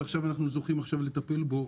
ועכשיו אנחנו זוכים לטפל בו,